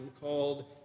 called